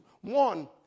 One